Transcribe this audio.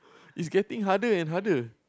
it's getting harder and harder